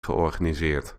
georganiseerd